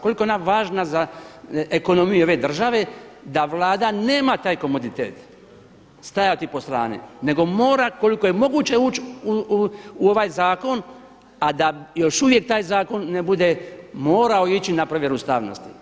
Koliko je ona važna za ekonomiju ove države da Vlada nema taj komoditet stajati po strani, nego mora koliko je moguće ući u ovaj zakon, a da još uvijek taj zakon ne bude morao ići na provjeru ustavnosti.